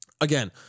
Again